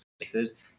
spaces